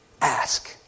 ask